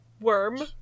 worm